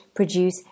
produce